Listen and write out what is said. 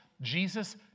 Jesus